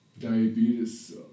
diabetes